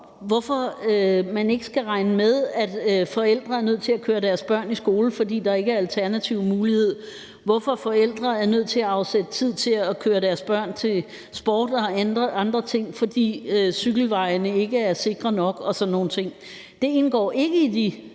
nogen, der inddrager, at forældre er nødt til at køre deres børn i skole, fordi der ikke er alternative muligheder, hvorfor forældre er nødt til at afsætte tid til at køre deres børn til sport og andre ting, fordi cykelvejene ikke er sikre nok og sådan nogle ting. Det indgår ikke i de